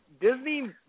Disney